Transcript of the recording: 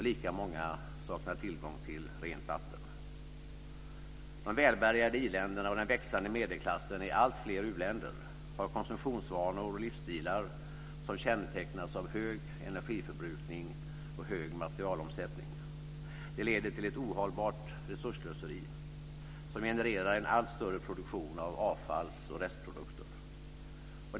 Lika många saknar tillgång till rent vatten. De välbärgade i-länderna och den växande medelklassen i alltfler u-länder har konsumtionsvanor och livsstilar som kännetecknas av hög energiförbrukning och hög materialomsättning. Det leder till ett ohållbart resursslöseri som genererar en allt större produktion av avfalls och restprodukter.